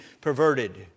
perverted